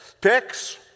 picks